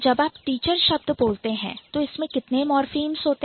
जब आप Teacher teacher शब्द बोलते हैं तो इसमें कितने मॉर्फीम्स होते हैं